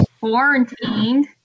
quarantined